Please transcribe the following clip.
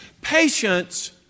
Patience